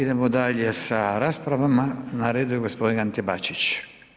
Idemo dalje sa raspravama, na redu je g. Ante Bačić.